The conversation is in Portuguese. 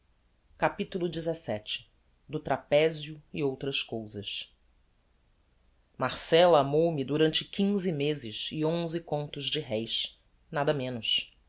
capitulo xvii do trapezio e outras cousas marcella amou me durante quinze mezes e onze contos de réis nada menos